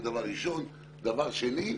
דבר שני,